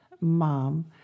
mom